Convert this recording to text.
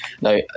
No